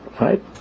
Right